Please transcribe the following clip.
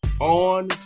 on